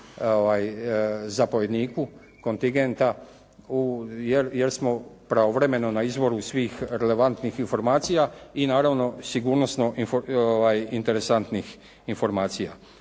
zapovjedniku kontingenta jer smo pravovremeno na izvoru svih relevantnih informacija i naravno sigurnosno interesantnih informacija.